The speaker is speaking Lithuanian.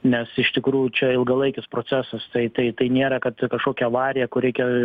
nes iš tikrųjų čia ilgalaikis procesas tai tai tai nėra kad kažkokia avarija kur reikia